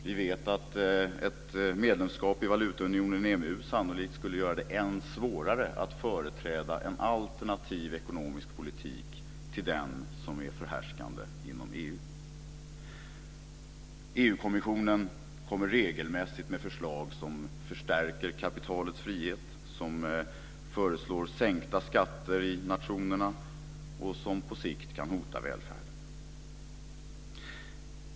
Vi vet att ett medlemskap i valutaunionen EMU sannolikt skulle göra det än svårare att företräda en alternativ ekonomisk politik till den som är förhärskande inom EU. EU-kommissionen kommer regelmässigt med förslag som förstärker kapitalets frihet. Man föreslår sänkta skatter i nationerna vilket på sikt kan hota välfärden.